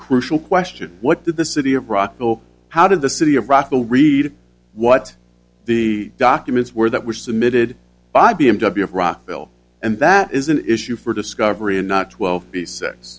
crucial question what did the city of rockville how did the city of rockville read what the documents were that were submitted by b m w of rockville and that is an issue for discovery and not twelve the sex